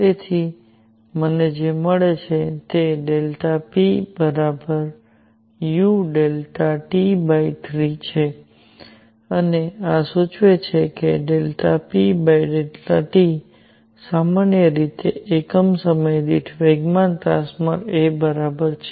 તેથી મને જે મળે છે તે puΔt3 છે અને આ સૂચવે છે કે pΔt સામાન્ય રીતે એકમ સમય દીઠ વેગમાન ટ્રાન્સફર a બરાબર છે